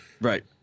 right